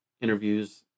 interviews